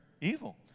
evil